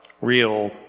real